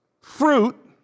fruit